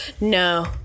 no